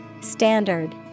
Standard